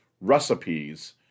recipes